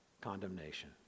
condemnation